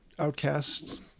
outcasts